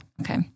Okay